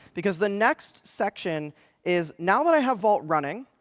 because the next section is, now that i have vault running,